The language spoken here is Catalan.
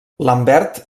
lambert